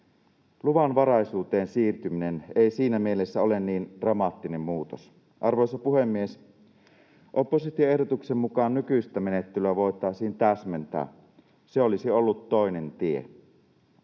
Luvanvaraisuuteen siirtyminen ei siinä mielessä ole niin dramaattinen muutos. Arvoisa puhemies! Opposition ehdotuksen mukaan nykyistä menettelyä voitaisiin täsmentää. Se olisi ollut toinen tie.